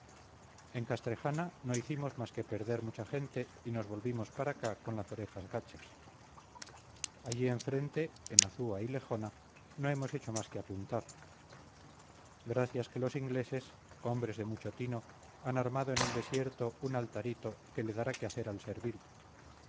en castrejana no hicimos más que perder mucha gente y nos volvimos para acá con las orejas gachas allí enfrente en azúa y lejona no hemos hecho más que apuntar gracias que los ingleses hombres de mucho tino han armado en el desierto un altarito que le dará que hacer al servil